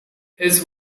his